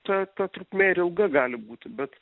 ta ta trukmė ir ilga gali būti bet